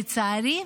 לצערי,